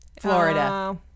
Florida